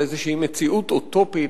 על איזו מציאות אוטופית,